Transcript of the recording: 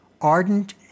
ardent